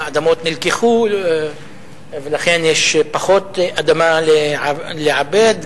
האדמות נלקחו ולכן יש פחות אדמה לעבד,